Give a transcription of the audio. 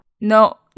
No